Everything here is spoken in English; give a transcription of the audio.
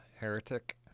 Heretic